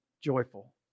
joyful